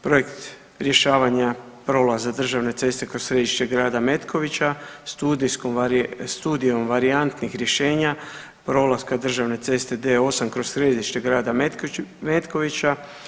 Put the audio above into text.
Projekt rješavanja prolaza državne ceste kroz središte grada Metkovića, studijskom, studijom varijantnih rješenja prolaska državne ceste D8 kroz središte grada Metkovića.